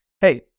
hey